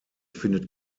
findet